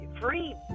Free